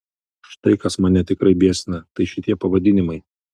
štai kas mane tikrai biesina tai šitie pavadinimai